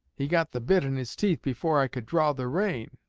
he got the bit in his teeth before i could draw the rein